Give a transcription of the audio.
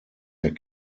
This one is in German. der